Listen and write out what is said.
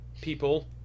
people